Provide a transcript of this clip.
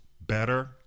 better